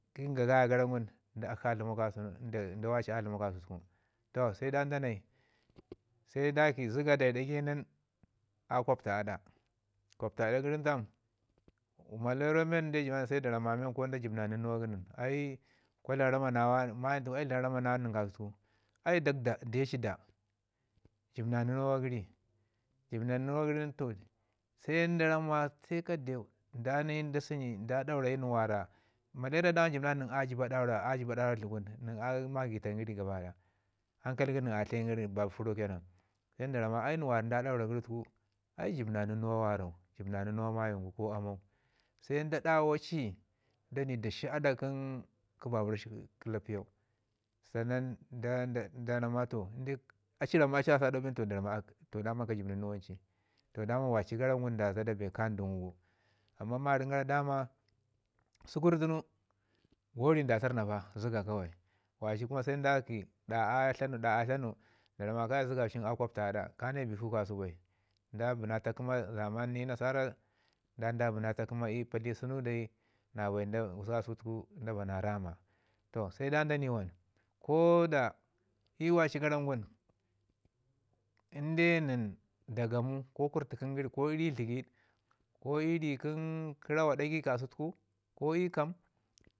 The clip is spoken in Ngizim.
ginga gaya gara ngum akshi a dlamau ka senu ndak wali a dlamau ka sutuku. Toh sai dan danai se daki zəga dari ɗagai nin a a gwaptu aɗa, gwaptu aɗau nin tam? maleriya men jin garan se da ramma da jib na nunuwa kə nən. Ai kwa dlam rama na wane a mayim tunu dlam rama na nən ka sutuku, ai de ci daa jəbna nunuwa gəri. Jib na nunuwa gərin se da ramma deu da ni da sənyi da ni da daura yi nin wara. Maleriya dama jib na nən nin a jiba daura a jiba daura dləgun nən a magitan gəri gabadaya. Ankai kə nən a tlayin gəri baci furo ke nan se da ramma ai nən wara nda daura yori tuku ai jib na nunuwa warau, nunuwa mayim gu ko amau. Se nda dawa ci da ni da shi ada kə bai rashi kəlapiyau sannan da- dan rama toh. A ci ramma a ci a sa aɗa bin toh daman ka jib nunuwa nini ci toh daman waci gara ngum da zada bee ka dən. Amman marəm gara daman sukur tun ko ri da turna pa zaga kawai. Waci kuma se da ki ɗa a tlanu ɗa a tlanu nda ramma ka ne zagaucin a gwapta aɗa ka na bikshu kasau bai nda bi na ta kəma zaman ni nasara dan da bi na ta kəma i pali sunu dai na bai da bana raama toh sai dan da ni wam ko da ii waci gara ngum in de nən dagamu ko kurti kin gəri ko iri təgəɗ ko ii ri rawa ɗagai kasau ko ii kaam